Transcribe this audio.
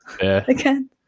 again